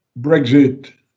Brexit